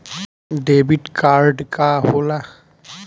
Debit card का होला?